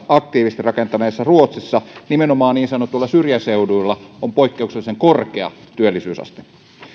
aktiivisesti rakentaneessa ruotsissa nimenomaan niin sanotuilla syrjäseuduilla on poikkeuksellisen korkea työllisyysaste